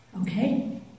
Okay